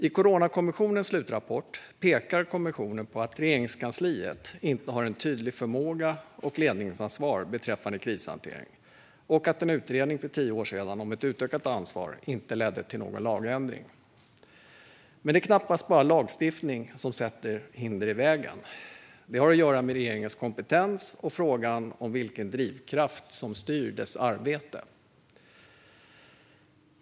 I Coronakommissionens slutrapport pekar kommissionen på att Regeringskansliet inte har en tydlig förmåga och ledningsansvar beträffande krishantering och att en utredning för tio år sedan om ett utökat ansvar inte ledde till någon lagändring. Men det är knappast bara lagstiftning som sätter hinder i vägen. Det har att göra med regeringens kompetens och frågan om vilken drivkraft som styr dess arbete.